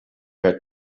had